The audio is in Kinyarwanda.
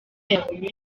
yabonye